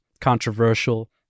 controversial